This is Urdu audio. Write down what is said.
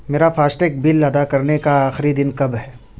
میرا فاسٹیگ بل ادا کرنے کا آخری دن کب ہے